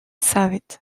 savet